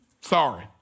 Sorry